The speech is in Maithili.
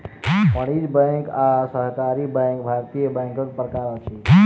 वाणिज्य बैंक आ सहकारी बैंक भारतीय बैंकक प्रकार अछि